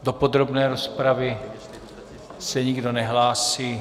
Do podrobné rozpravy se nikdo nehlásí.